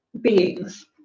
beings